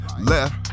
Left